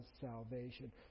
salvation